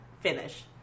finish